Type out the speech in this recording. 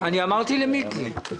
אמרתי גם למיקי לוי.